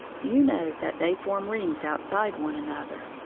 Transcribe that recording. you know that they form rings outside one another,